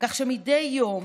כך שמדי יום,